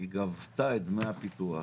היא גבתה דמי הפיתוח,